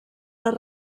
les